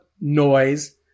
noise